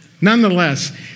Nonetheless